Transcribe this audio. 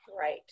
right